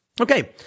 Okay